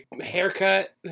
haircut